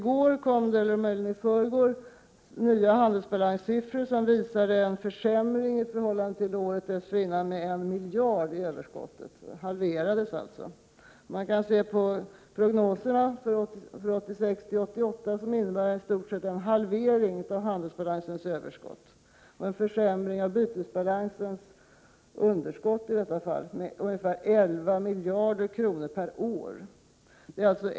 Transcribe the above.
Häromdagen publicerades emellertid nya handelsbalanssiffror, som visar en försämring i förhållande till året dessförinnan med 1 miljard; överskottet halverades alltså. Prognoserna för perioden 1986-1988 visar i stort sett en — Prot. 1987/88:47 halvering av handelsbalansöverskottet och en försämring av bytesbalansen 17 december 1987 en ökning av underskottet i detta fall - med ungefär 11 miljarder perår. Detta = rm. po.